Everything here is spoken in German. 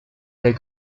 der